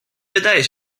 wydaje